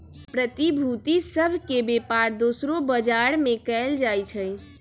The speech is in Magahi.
प्रतिभूति सभ के बेपार दोसरो बजार में कएल जाइ छइ